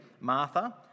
Martha